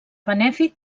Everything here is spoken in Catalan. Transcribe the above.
benèfic